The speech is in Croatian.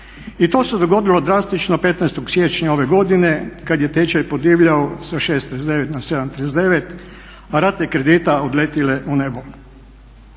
I to se dogodilo drastično 15. siječnja ove godine kad je tečaj podivljao sa 6,39 na 7,39 a rate kredita odletile u nebo.